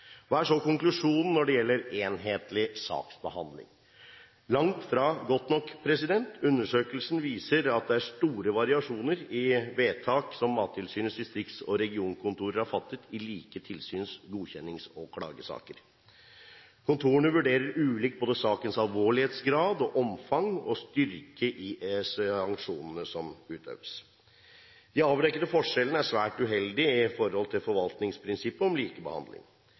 Hva er så konklusjonen når det gjelder enhetlig saksbehandling? Den er langt fra god nok! Undersøkelsen viser at det er store variasjoner i vedtak som Mattilsynets distrikts- og regionkontorer har fattet i like tilsyns-, godkjennings- og klagesaker. Kontorene vurderer ulikt både sakenes alvorlighetsgrad og omfang og styrke i sanksjonene som utøves. De avdekkede forskjellene er svært uheldige i forhold til forvaltningsprinsippet om likebehandling.